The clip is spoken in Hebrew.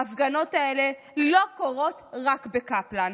ההפגנות האלה לא קורות רק בקפלן.